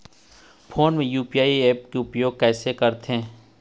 Phone मे UPI app के उपयोग कइसे करथे?